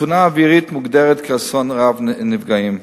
2. תאונה אווירית מוגדרת כאסון רב נפגעים,